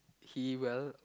he will